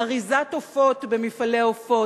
אריזת עופות במפעלי עופות,